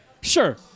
Sure